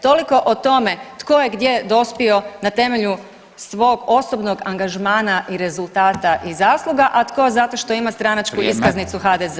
Toliko o tome tko je gdje dospio na temelju svog osobnog angažmana i rezultata i zasluga, a tko zato što ima stranačku [[Upadica: Vrijeme.]] iskaznicu HDZ-a.